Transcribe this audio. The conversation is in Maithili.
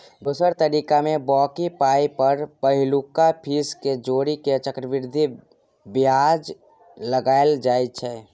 दोसर तरीकामे बॉकी पाइ पर पहिलुका फीस केँ जोड़ि केँ चक्रबृद्धि बियाज लगाएल जाइ छै